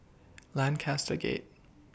Lancaster Gate